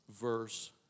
verse